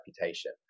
reputation